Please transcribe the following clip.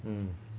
mm